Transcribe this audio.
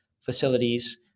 facilities